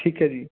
ਠੀਕ ਹੈ ਜੀ